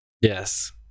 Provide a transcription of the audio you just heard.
Yes